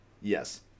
Yes